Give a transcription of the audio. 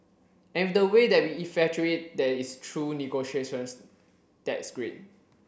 and the way that we effectuate that is through negotiations that's great